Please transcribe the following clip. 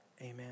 Amen